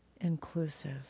inclusive